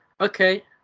okay